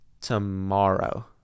tomorrow